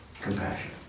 compassion